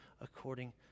according